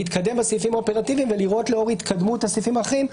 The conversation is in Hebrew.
אפשר להתקדם עם הסעיפים האופרטיביים ולאור ההתקדמות עם הסעיפים האחרים,